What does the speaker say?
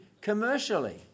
commercially